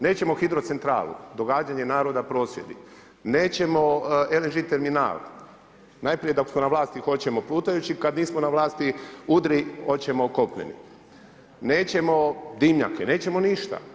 Nećemo hidrocentralu, događanje naroda prosvjedi, nećemo LNG terminal, najprije dok su na vlasti hoćemo plutajući kada nismo na vlasti udri hoćemo kopneni, nećemo dimnjake, nećemo ništa.